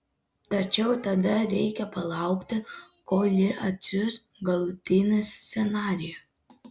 tačiau tada reikia palaukti kol ji atsiųs galutinį scenarijų